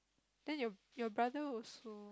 then your your brother also